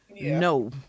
No